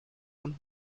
von